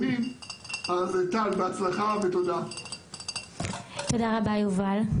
תודה רבה, יובל.